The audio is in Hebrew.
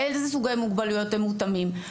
איזה סוגי מוגבלויות הם מותאמים,